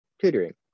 tutoring